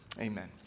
amen